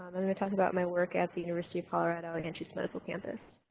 talk about my work at the university of colorado like anschutz medical campus.